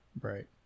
Right